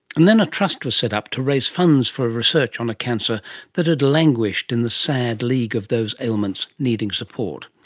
and a trust was set up to raise funds for research on a cancer that had languished in the sad league of those ailments needing support.